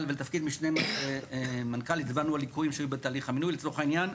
ולתפקיד משנה מנכ"ל הצבענו על ליקויים שהיו בתהליכי המינוי לצורך העניין,